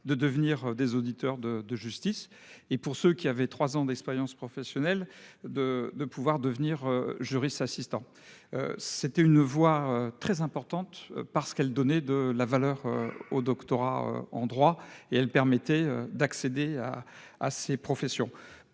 de devenir des auditeurs de justice et pour ce qu'il avait 3 ans d'expérience professionnelle de de pouvoir devenir juriste assistants. C'était une voix très importante parce qu'elle donnait de la valeur au doctorat en droit et elle permettait d'accéder à, à ces professions.